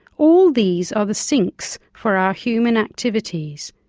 all these are the sinks for our human activities.